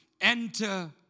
enter